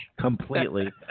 Completely